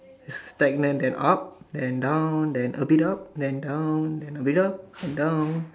it's stagnant then up then down then a bit up then down then a bit up and down